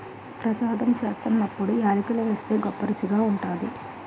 ప్రసాదం సేత్తున్నప్పుడు యాలకులు ఏస్తే గొప్పరుసిగా ఉంటాది